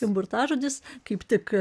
burtažodis kaip tik